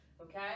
Okay